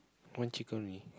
one chicken only